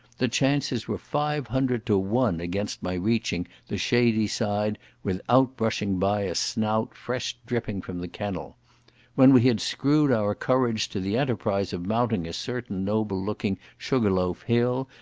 the chances were five hundred to one against my reaching the shady side without brushing by a snout fresh dripping from the kennel when we had screwed our courage to the enterprise of mounting a certain noble looking sugar-loaf hill,